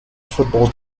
football